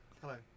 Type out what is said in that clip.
Hello